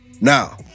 Now